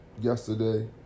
yesterday